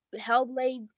Hellblade